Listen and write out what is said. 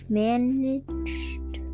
managed